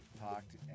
talked